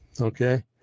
okay